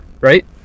right